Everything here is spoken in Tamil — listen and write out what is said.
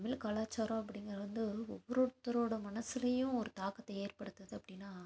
தமிழ் கலாச்சாரம் அப்படிங்கிறது வந்து ஒவ்வொருத்தரோடய மனசுலேயும் ஒரு தாக்கத்தை ஏற்படுத்தது அப்படினா